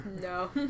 No